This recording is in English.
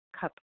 cup